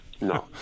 no